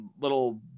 little